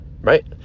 right